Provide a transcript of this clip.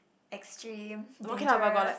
extreme dangerous